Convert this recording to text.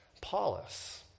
Paulus